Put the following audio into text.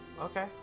Okay